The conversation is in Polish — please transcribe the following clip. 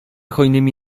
hojnymi